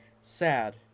Sad